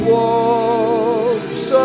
walks